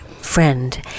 friend